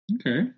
Okay